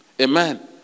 Amen